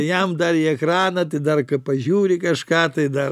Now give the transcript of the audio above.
jam dar į ekraną tai dar pažiūri kažką tai dar